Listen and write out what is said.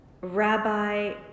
Rabbi